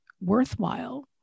worthwhile